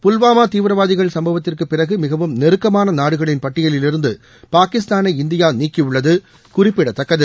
புல்வாமா தீவிரவாதிகள் சம்பவத்திற்கு பிறகு மிகவும் நெருக்கமான நாடுகளின் பட்டியலிலிருந்து பாகிஸ்தானை இந்தியா நீக்கியுள்ளது குறிப்பிடத்தக்கது